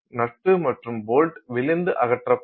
நட்டு மற்றும் போல்ட் விழுந்து அகற்றப்படும்